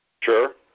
Sure